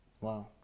Wow